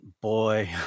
boy